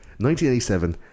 1987